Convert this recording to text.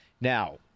Now